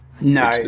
No